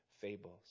fables